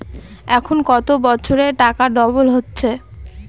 এখন কত বছরে টাকা ডবল হচ্ছে?